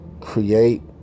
create